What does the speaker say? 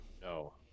no